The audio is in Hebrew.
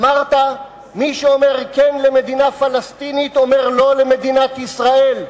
אמרת: מי שאומר "כן" למדינה פלסטינית אומר "לא" למדינת ישראל.